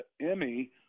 emmy